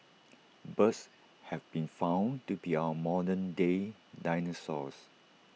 birds have been found to be our modern day dinosaurs